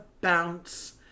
bounce